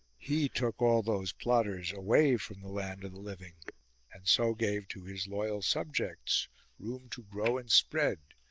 he took all those plotters away from the land of the living and so gave to his loyal subjects room to grow and spread,